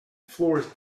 floors